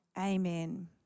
Amen